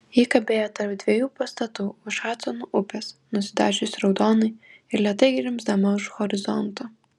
ji kabėjo tarp dviejų pastatų už hadsono upės nusidažiusi raudonai ir lėtai grimzdama už horizonto